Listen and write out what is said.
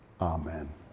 Amen